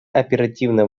оперативно